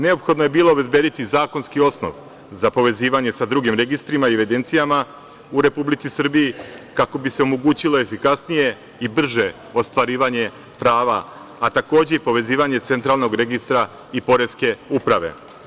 Neophodno je bilo obezbediti zakonski osnov za povezivanje sa drugim registrima i evidencijama u Republici Srbiji, kako bi se omogućilo efikasnije i brže ostvarivanje prava, a takođe i povezivanje centralnog registra i Poreske uprave.